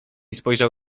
spojrzał